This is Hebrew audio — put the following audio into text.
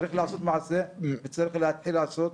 צריך לעשות מעשה, וצריך להתחיל לעשות.